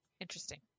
Interesting